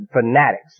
fanatics